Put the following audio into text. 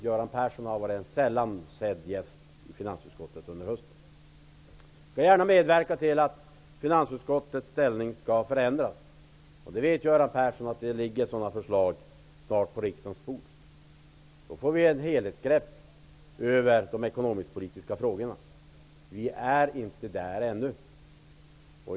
Göran Persson har varit en sällan sedd gäst i finansutskottet under hösten. Jag skall gärna medverka till att finansutskottets ställning skall förändras. Göran Persson vet att det ligger sådana förslag på riksdagens bord. Vi skulle få ett helhetsgrepp över de ekonomisk-politiska frågorna. Vi är inte där ännu.